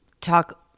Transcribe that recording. talk